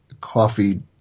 coffee